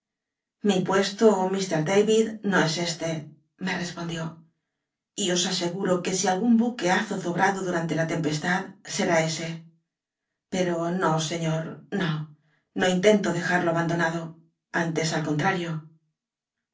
mi puesto mr david no es este me respondió y os aseguro que si algun buque ha zozobrado durante la tempe tad será ese pero no señot no no intento dejal'lo abandonado antes al contrario